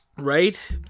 Right